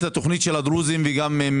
הכנתי את התוכנית של הדרוזים עם צחי